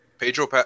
Pedro